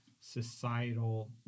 societal